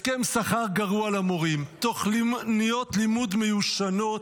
הסכם שכר גרוע למורים, תוכניות לימוד מיושנות,